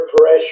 pressure